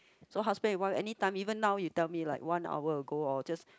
so husband and wife anytime even now you tell me like one hour ago or just